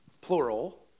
plural